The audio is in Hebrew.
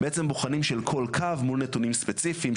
בעצם בוחנים של כל קו מול נתונים ספציפיים,